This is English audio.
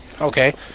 Okay